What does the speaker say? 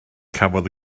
cafodd